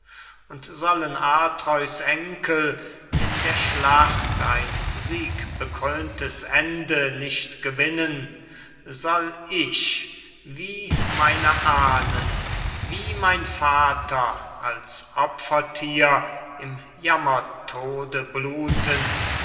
und sollen atreus enkel in der schlacht ein siegbekröntes ende nicht gewinnen soll ich wie meine ahnen wie mein vater als opferthier im jammertode bluten